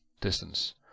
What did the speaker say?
distance